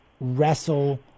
wrestle